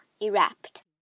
erupt